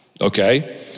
okay